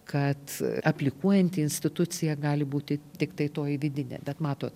kad aplikuojanti institucija gali būti tiktai toji vidinė bet matot